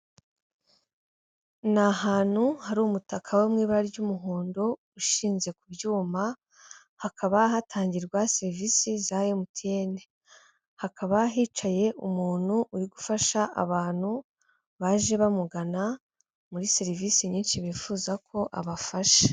Ni ahantu hari umutaka wo mu ibara ry'umuhondo ushinze ku byuma, hakaba hatangirwa serivisi za MTN, hakaba hicaye umuntu uri gufasha abantu baje bamugana muri serivisi nyinshi bifuza ko abafasha